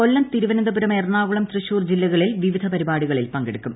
കൊല്ലം തിരുവനന്തപുരം എറണാകുളം തൃശൂർ ജില്ലകളിൽ വിവിധ പരിപാടികളിൽ പങ്കെടുക്കും